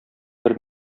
бер